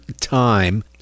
time